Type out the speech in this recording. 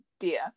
dear